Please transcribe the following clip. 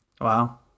Wow